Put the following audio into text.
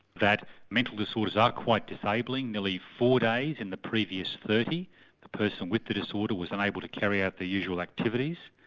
that mental disorders are quite disabling, nearly four days in the previous thirty the person with the disorder was unable to carry out their usual activities.